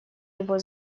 его